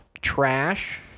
trash